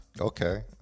Okay